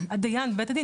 הדיין בית הדין,